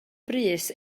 brys